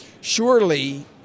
surely